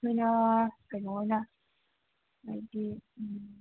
ꯅꯣꯏꯅ ꯀꯩꯅꯣ ꯑꯣꯏꯅ ꯍꯥꯏꯗꯤ